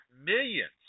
millions